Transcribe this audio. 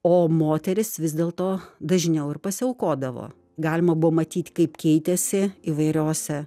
o moteris vis dėlto dažniau ir pasiaukodavo galima buvo matyt kaip keitėsi įvairiose